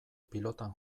pilotan